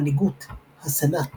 מנהיגות הסנאט